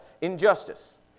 injustice